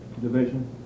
division